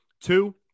two